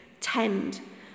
Tend